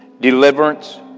Deliverance